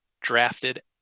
drafted